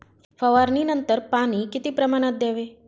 फवारणीनंतर पाणी किती प्रमाणात द्यावे?